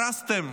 הרסתם.